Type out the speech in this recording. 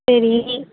சரி